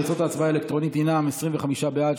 תוצאות ההצבעה האלקטרונית: 25 בעד,